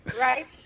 Right